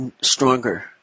stronger